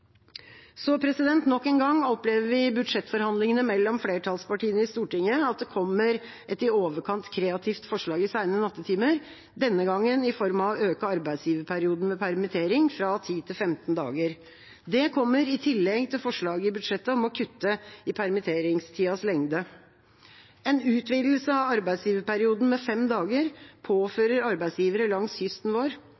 Nok en gang opplever vi i budsjettforhandlingene mellom flertallspartiene i Stortinget at det kommer et i overkant kreativt forslag i seine nattetimer, denne gangen i form av å øke arbeidsgiverperioden ved permittering fra 10 til 15 dager. Det kommer i tillegg til forslaget i budsjettet om å kutte i permitteringstidas lengde. En utvidelse av arbeidsgiverperioden med fem dager